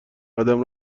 قدم